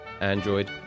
Android